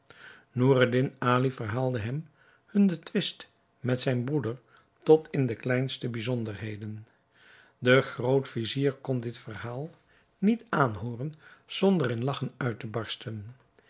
noureddin ali verhaalde hem nu den twist met zijn broeder tot in de kleinste bijzonderheden de groot-vizier kon dit verhaal niet aanhooren zonder in lagchen uit te barsten